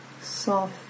soft